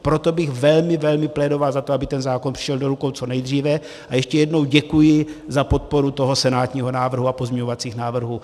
Proto bych velmi, velmi plédoval za to, aby ten zákon přišel do rukou co nejdříve, a ještě jednou děkuji za podporu senátního návrhu a pozměňovacích návrhů.